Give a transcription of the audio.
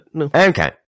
Okay